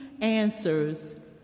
answers